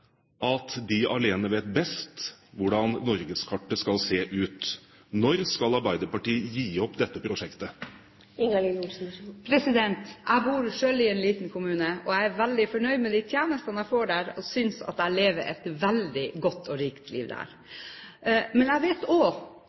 at de alene vet best hvordan norgeskartet skal se ut. Når skal Arbeiderpartiet gi opp dette prosjektet? Jeg bor selv i en liten kommune, og jeg er veldig fornøyd med de tjenestene jeg får der. Jeg synes at jeg lever et veldig godt og rikt liv der. Men jeg vet